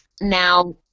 Now